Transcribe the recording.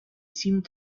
seemed